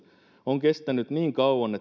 on kestänyt niin kauan että moni suomalainen